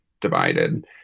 divided